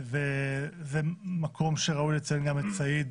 זה מקום שראוי לציין גם את סעיד